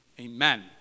Amen